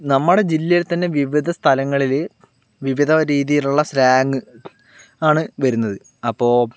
നമ്മുടെ ജില്ലയിൽ തന്നെ വിവിധ സ്ഥലങ്ങളില് വിവിധ രീതിയിലുള്ള സ്ലാങ്ങ് ആണ് വരുന്നത് അപ്പൊൾ